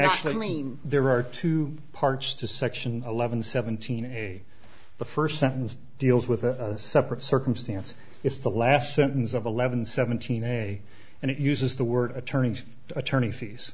actually mean there are two parts to section eleven seventeen a the first sentence deals with a separate circumstance it's the last sentence of eleven seventeen a and it uses the word attorneys attorney fees